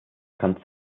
kann